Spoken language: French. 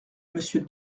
monsieur